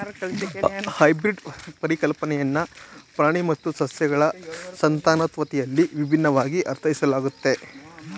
hybrid ಪರಿಕಲ್ಪನೆಯನ್ನ ಪ್ರಾಣಿ ಮತ್ತು ಸಸ್ಯಗಳ ಸಂತಾನೋತ್ಪತ್ತಿಯಲ್ಲಿ ವಿಭಿನ್ನವಾಗಿ ಅರ್ಥೈಸಲಾಗುತ್ತೆ